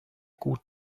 gut